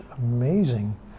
amazing